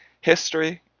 History